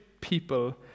people